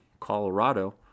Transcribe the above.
Colorado